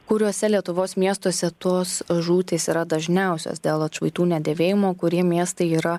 kuriuose lietuvos miestuose tos žūtys yra dažniausios dėl atšvaitų nedėvėjimo kurie miestai yra